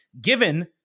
given